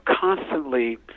constantly